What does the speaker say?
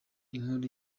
inkuru